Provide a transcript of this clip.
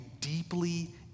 deeply